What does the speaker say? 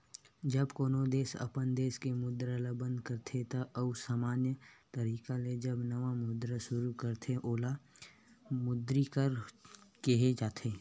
जब कोनो देस अपन देस के मुद्रा ल बंद कर देथे अउ समान्य तरिका ले जब नवा मुद्रा सुरू करथे ओला विमुद्रीकरन केहे जाथे